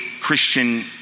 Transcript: Christian